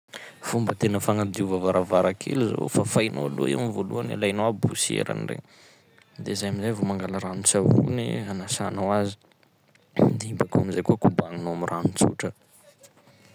Fomba tena fagnadiova varavarankely zao: fafainao aloha i amy voalohany, alainao poussièrany regny, de zay am'zay vao mangala ranon-tsavony hanasanao azy, de iny bakeo amizay koa kobagninao amy rano tsotra.